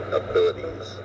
abilities